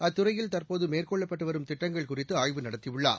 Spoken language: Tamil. அத்துறையில் தற்போது மேற்கொள்ளப்பட்டு வரும் திட்டங்கள் குறித்து ஆய்வு நடத்தியுள்ளார்